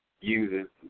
uses